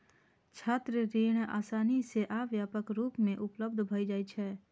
छात्र ऋण आसानी सं आ व्यापक रूप मे उपलब्ध भए जाइ छै